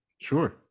Sure